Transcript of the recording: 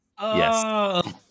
yes